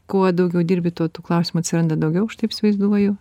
kuo daugiau dirbi tuo tų klausimų atsiranda daugiau aš taip įsivaizduoju